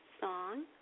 song